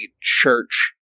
church